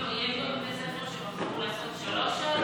יש גם בתי ספר שבחרו לעשות שלוש שעות,